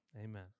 Amen